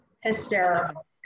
hysterical